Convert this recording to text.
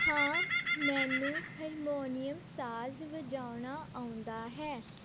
ਹਾਂ ਮੈਨੂੰ ਹਰਮੋਨੀਅਮ ਸਾਜ਼ ਵਜਾਉਣਾ ਆਉਂਦਾ ਹੈ